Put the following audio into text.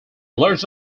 large